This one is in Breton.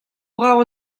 brav